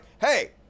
Hey